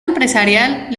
empresarial